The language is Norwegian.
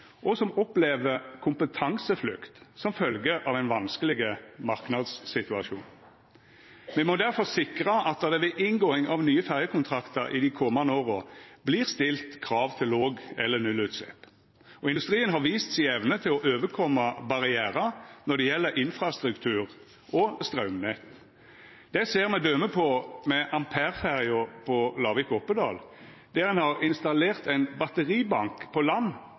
og som opplever kompetanseflukt som følgje av ein vanskeleg marknadssituasjon. Me må difor sikra at det ved inngåing av nye ferjekontraktar i dei komande åra vert stilt krav til låg- eller nullutslepp. Industrien har vist evne til å overkoma barrierar når det gjeld infrastruktur og straumnett. Det ser me døme på med «Ampere» – ferja på strekninga Lavik–Oppedal – der ein har installert ein batteribank på land